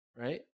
right